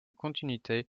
continuité